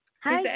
Hi